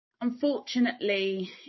unfortunately